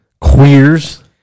queers